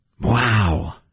Wow